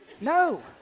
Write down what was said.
No